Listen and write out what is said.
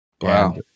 Wow